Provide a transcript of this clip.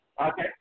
Okay